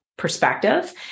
perspective